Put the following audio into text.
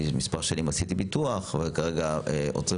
אני מספר שנים עשיתי ביטוח וכרגע עוצרים